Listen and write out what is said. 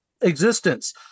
existence